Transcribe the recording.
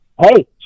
Hey